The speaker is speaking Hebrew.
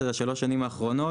שזה שלוש השנים האחרונות,